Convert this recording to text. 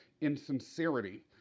insincerity